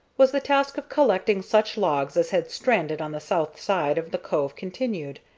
was the task of collecting such logs as had stranded on the south side of the cove continued.